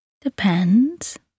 Depends